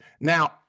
Now